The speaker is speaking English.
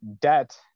debt